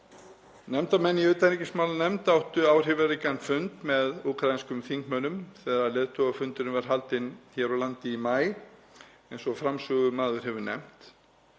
Nefndarmenn í utanríkismálanefnd áttu áhrifaríkan fund með úkraínskum þingmönnum þegar leiðtogafundurinn var haldinn hér á landi í maí, eins og framsögumaður hefur nefnt,